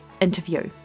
interview